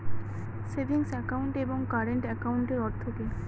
Savings account এবং current একাউন্টের অর্থ কি?